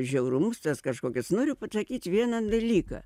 žiaurumus tuos kažkokius noriu pasakyt vieną dalyką